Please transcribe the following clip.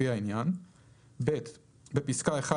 לפי העניין,"; (ב)בפסקה (1),